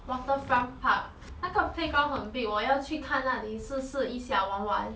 waterfront park 那个 playground 很 big 我要去看那里试试一下玩玩